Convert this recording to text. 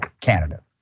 Canada